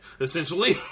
essentially